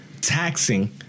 taxing